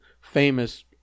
famous